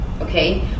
okay